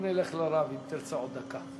לא נלך לרב אם תרצה עוד דקה.